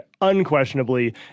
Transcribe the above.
Unquestionably